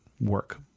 work